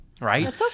right